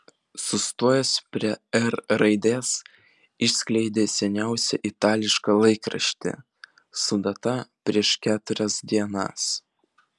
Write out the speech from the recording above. sustojęs prie r raidės išskleidė seniausią itališką laikraštį su data prieš keturias dienas